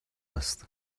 است